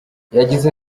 yagize